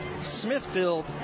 Smithfield